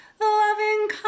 Loving